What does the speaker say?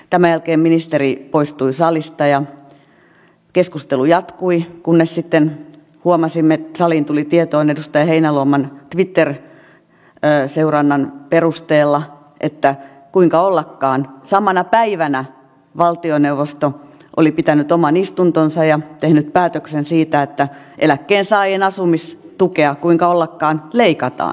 tämän jälkeen ministeri poistui salista ja keskustelu jatkui kunnes sitten huomasimme saliin tuli tieto edustaja heinäluoman twitter seurannan perusteella että kuinka ollakaan samana päivänä valtioneuvosto oli pitänyt oman istuntonsa ja tehnyt päätöksen siitä että eläkkeensaajien asumistukea leikataan